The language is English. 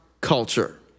culture